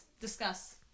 discuss